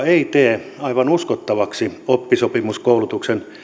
ei tee aivan uskottavaksi oppisopimuskoulutuksen